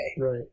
Right